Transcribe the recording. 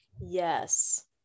yes